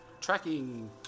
tracking